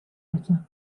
letter